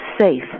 safe